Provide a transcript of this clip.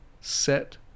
Set